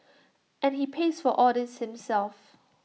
and he pays for all this himself